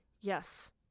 Yes